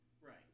Right